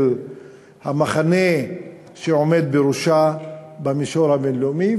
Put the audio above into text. המחנה שעומד בראשה במישור הבין-לאומי,